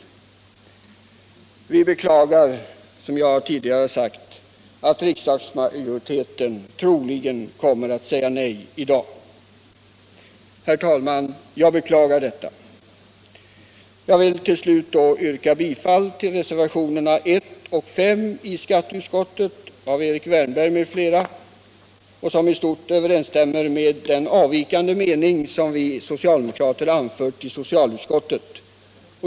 Vi beklagar, som jag tidigare har sagt, att riksdagsmajoriteten troligen kommer att säga nej i dag. Till slut vill jag yrka bifall till reservationerna 1 och 5 i skatteutskottets betänkande — av Erik Wärnberg m.fl. — vilka i stort sett överensstämmer med den avvikande mening som vi socialdemokrater anfört i socialutskottet.